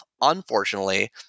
unfortunately